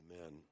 Amen